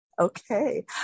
okay